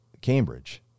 Cambridge